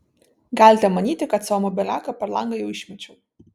galite manyti kad savo mobiliaką per langą jau išmečiau